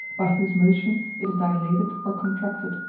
by whose motion it is dilated or contracted,